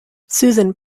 susan